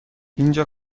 اینجا